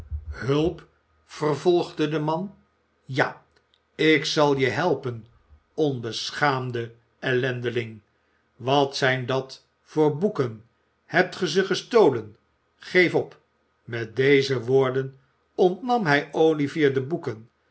hulp vervolgde de man ja ik zal je helpen onbeschaamde ellendeling wat zijn dat voor boeken hebt ge ze gestolen geef op met deze woorden ontnam hij olivier de boeken